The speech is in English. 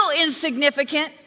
insignificant